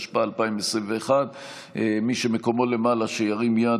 התשפ"א 2021. מי שמקומו למעלה שירים יד,